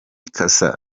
cassa